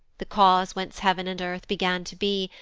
the cause whence heav'n and earth began to be,